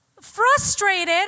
frustrated